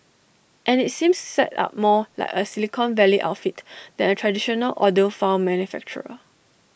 and IT seems set up more like A Silicon Valley outfit than A traditional audiophile manufacturer